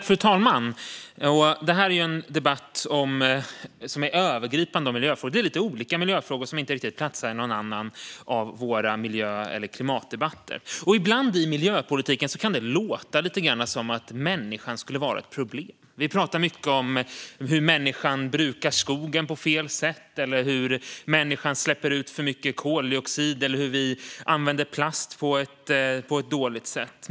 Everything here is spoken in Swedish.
Fru talman! Det här är en övergripande debatt om miljöpolitiken. Det är lite olika miljöfrågor som inte riktigt platsar i någon annan av våra miljö eller klimatdebatter. I miljöpolitiken kan det ibland låta lite grann som att människan skulle vara ett problem. Vi pratar mycket om hur människan brukar skogen på fel sätt, hur människan släpper ut för mycket koldioxid eller hur vi använder plast på ett dåligt sätt.